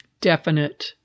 definite